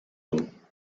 them